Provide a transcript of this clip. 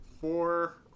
four